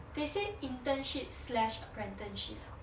they said internship slash apprenticeship